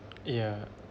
yeah